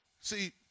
See